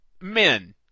men –